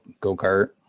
go-kart